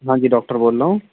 ہاں جی ڈاکٹر بول رہا ہوں